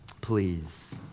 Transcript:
please